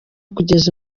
kugeza